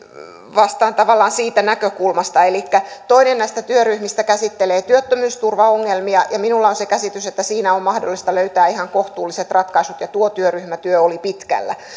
vastaan tavallaan siitä näkökulmasta elikkä toinen näistä työryhmistä käsittelee työttömyysturvaongelmia ja minulla on se käsitys että siinä on mahdollista löytää ihan kohtuulliset ratkaisut ja tuo työryhmätyö oli pitkällä